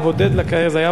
היה פעם מישהו כזה.